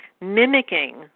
mimicking